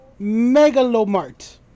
Megalomart